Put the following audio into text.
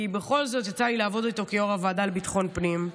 כי בכל זאת יצא לי לעבוד איתו כיו"ר הוועדה לביטחון פנים,